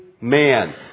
man